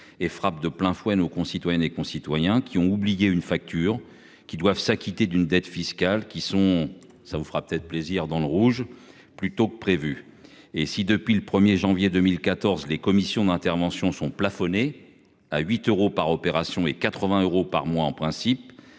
et frappe de plein fouet nos concitoyennes et concitoyens qui ont oublié une facture qui doivent s'acquitter d'une dette fiscale qui sont ça vous fera peut-être plaisir dans le rouge, plus tôt que prévu. Et si, depuis le 1er janvier 2014, les commissions d'intervention sont plafonnés à 8 euros par opération et 80 euros par mois en principe